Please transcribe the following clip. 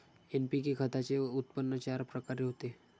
NPK खताचे उत्पन्न चार प्रकारे होते